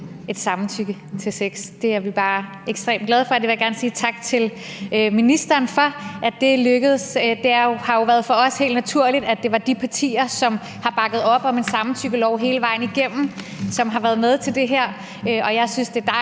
et samtykke til sex. Det er vi bare ekstremt glade for – det vil jeg gerne sige tak til ministeren for er lykkedes. Det har været helt naturligt for os, at det er de partier, som har bakket op om en samtykkelov hele vejen igennem, som har været med til det her.